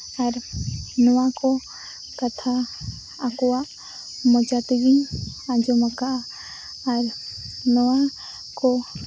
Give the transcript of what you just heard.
ᱟᱨ ᱱᱚᱣᱟ ᱠᱚ ᱠᱟᱛᱷᱟ ᱟᱠᱚᱣᱟᱜ ᱢᱚᱪᱟ ᱛᱮᱜᱮᱧ ᱟᱸᱡᱚᱢᱟᱠᱟᱜᱼᱟ ᱟᱨ ᱱᱚᱣᱟ ᱠᱚ